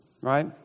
right